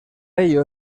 ello